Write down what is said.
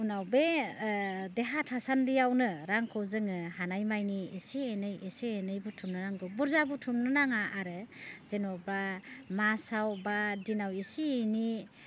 उनाव बे देहा थासान्दियावनो रांखौ जोङो हानाय माने एसे एनै एसे एनै बुथुमनो नांगौ बुरजा बुथुमनो नाङा आरो जेनेबा मासआव बा दिनआव एसे एनै